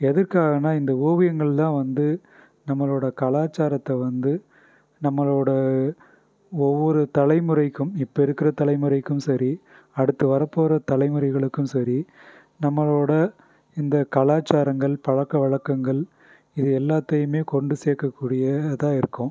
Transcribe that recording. எதுக்காகன்னா இந்த ஓவியங்கள் தான் வந்து நம்மளோடய கலாச்சாரத்தை வந்து நம்மளோடய ஒவ்வொரு தலைமுறைக்கும் இப்போ இருக்கிற தலைமுறைக்கும் செரி அடுத்து வரப் போகிற தலைமுறைகளுக்கும் சரி நம்மளோடய இந்த கலாச்சாரங்கள் பழக்க வழக்கங்கள் இது எல்லாத்தையுமே கொண்டு சேர்க்கக்கூடியதா இருக்கும்